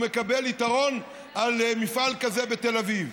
הוא מקבל יתרון על מפעל כזה בתל אביב.